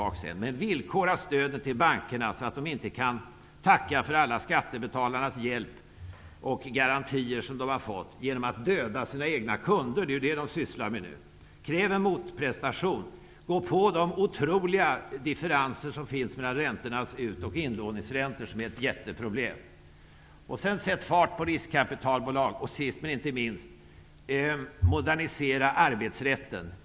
Jag upprepar: Villkora stöden till bankerna, så att de inte kan tacka för skattebetalarnas hjälp och för de garantier som de fått genom att döda sina egna kunder. Det är ju vad de sysslar med nu. Kräv en motprestation! Gå på de otroliga differenserna mellan ut och inlåningsräntorna, som är ett jätteproblem! Sätt också fart på riskkapitalbolagen! Och sist men inte minst: Modernisera arbetsrätten!